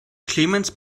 clemens